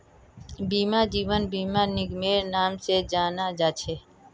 बीमाक जीवन बीमा निगमेर नाम से जाना जा छे